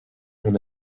mon